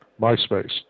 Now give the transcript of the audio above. MySpace